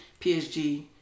PSG